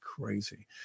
crazy